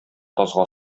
тазга